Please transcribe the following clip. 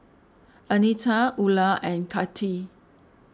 Anita Ula and Kati